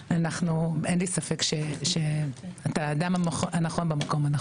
אין לי ספק שאתה האדם הנכון במקום הנכון.